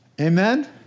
Amen